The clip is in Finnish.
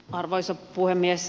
arvoisa puhemies